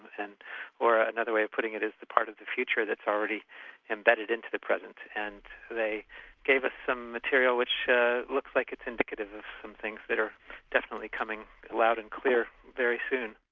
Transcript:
and or ah another way of putting it as the part of the future that's already embedded into the present and they gave us some material ah looks like it's indicative of some things that are definitely coming loud and clear very soon.